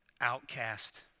outcast